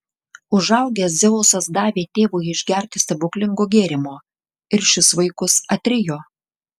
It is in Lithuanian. užaugęs dzeusas davė tėvui išgerti stebuklingo gėrimo ir šis vaikus atrijo